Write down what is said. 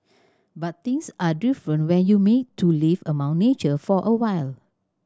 but things are different when you made to live among nature for awhile